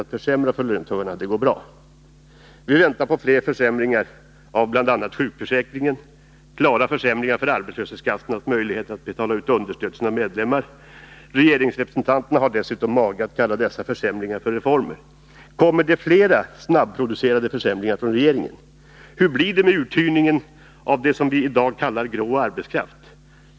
Att försämra för löntagarna går däremot bra. Vi väntar på fler försämringar, bl.a. av sjukförsäkringen och av arbetslöshetskassornas möjligheter att betala ut understöd till sina medlemmar. Regeringsrepresentanter har dessutom mage att kalla dessa försämringar för reformer. Kommer det flera snabbproducerade försämringar från regeringen? Hur blir det med uthyrningen av det som vi i dag kallar ”grå arbetskraft”?